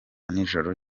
nijoro